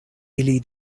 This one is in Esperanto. ili